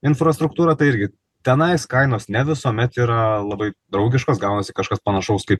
infrastruktūra tai irgi tenais kainos ne visuomet yra labai draugiškos gaunasi kažkas panašaus kaip